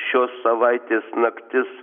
šios savaitės naktis